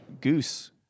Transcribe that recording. Goose